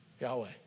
Yahweh